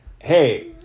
hey